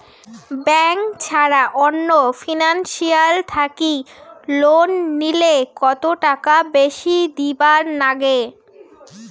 Bank ছাড়া অন্য financial থাকি লোন নিলে কতটাকা বেশি দিবার নাগে?